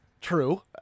true